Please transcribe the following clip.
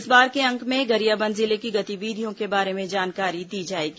इस बार के अंक में गरियाबंद जिले की गतिविधियों के बारे में जानकारी दी जाएगी